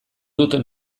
dut